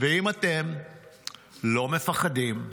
ואם אתם לא מפחדים,